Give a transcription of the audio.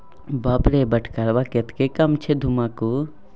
बाप रे बटखरा कतेक कम छै धुम्माके